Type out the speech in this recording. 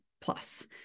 plus